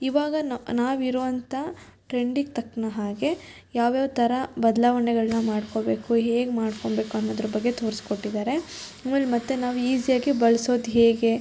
ಇವಾಗ ನಾವಿರುವಂಥ ಟ್ರೆಂಡಿಗೆ ತಕ್ಕ ಹಾಗೆ ಯಾವ್ಯಾವ ಥರ ಬದಲಾವಣೆಗಳ್ನ ಮಾಡ್ಕೋಬೇಕು ಹೇಗೆ ಮಾಡ್ಕೊಳ್ಬೇಕು ಅನ್ನೋದ್ರ ಬಗ್ಗೆ ತೋರ್ಸಿಕೊಟ್ಟಿದ್ದಾರೆ ಆಮೇಲೆ ಮತ್ತು ನಾವು ಈಝಿಯಾಗಿ ಬಳ್ಸೋದು ಹೇಗೆ